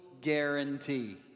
guarantee